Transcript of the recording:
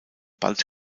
bald